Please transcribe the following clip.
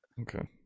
okay